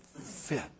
fit